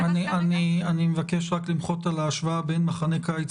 אני מבקש רק למחות על ההשוואה בין מחנה קיץ